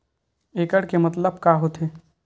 एकड़ के मतलब का होथे?